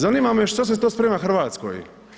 Zanima me što se to sprema Hrvatskoj.